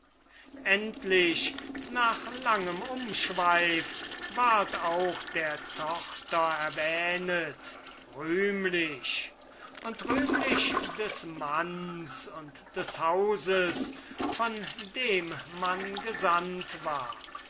endlich nach langem umschweif ward auch der tochter erwähnet rühmlich und rühmlich des manns und des hauses von dem man gesandt war